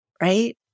right